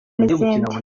n’izindi